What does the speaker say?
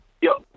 Yo